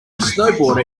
snowboarder